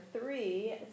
three